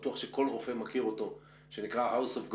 שכל רופא מכיר אותו ושנקרא The House of God,